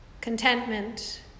contentment